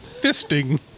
Fisting